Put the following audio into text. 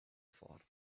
thought